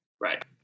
Right